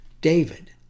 David